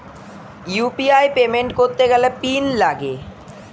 UPI payment করতে গেলে pin লাগে